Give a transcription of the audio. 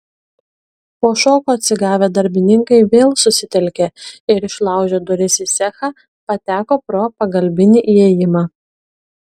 po šoko atsigavę darbininkai vėl susitelkė ir išlaužę duris į cechą pateko pro pagalbinį įėjimą